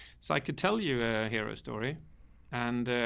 so like tell you a hero's story and a,